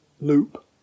loop